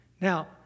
Now